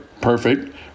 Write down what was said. perfect